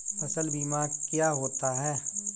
फसल बीमा क्या होता है?